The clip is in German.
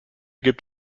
gibt